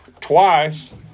twice